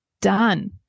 done